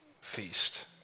feast